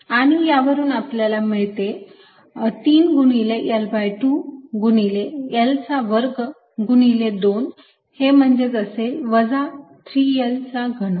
आणि यावरून आपल्याला मिळते 3 गुणिले L2 गुणिले L चा वर्ग गुणिले 2 हे म्हणजेच असेल वजा 3 L चा घन